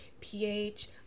pH